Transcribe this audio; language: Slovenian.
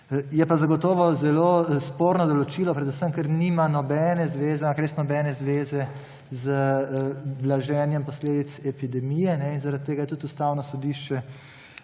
Je pa zagotovo zelo sporno določilo predvsem, ker nima nobene zveze, ampak res nobene zveze z blaženjem posledic epidemije. Zaradi tega je tudi Ustavno sodišče